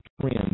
trend